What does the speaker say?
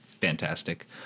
fantastic